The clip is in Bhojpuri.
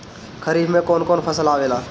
खरीफ में कौन कौन फसल आवेला?